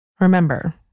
Remember